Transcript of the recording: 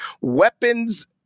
weapons